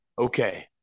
Okay